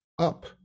up